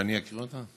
שאני אקריא אותה?